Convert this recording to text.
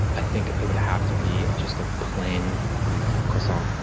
i think it would have to be just a plain croissant.